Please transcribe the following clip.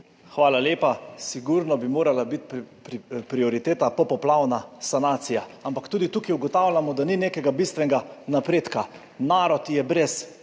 Hvala lepa. Sigurno bi morala biti prioriteta popoplavna sanacija, ampak tudi tukaj ugotavljamo, da ni nekega bistvenega napredka. Narod je brez